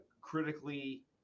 critically